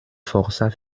forçats